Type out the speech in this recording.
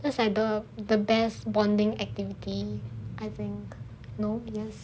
cause like the best bonding activity I think no yes